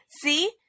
see